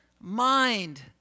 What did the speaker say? mind